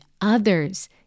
others